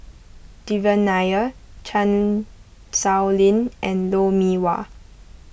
Devan Nair Chan Sow Lin and Lou Mee Wah